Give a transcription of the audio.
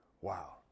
wow